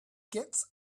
gets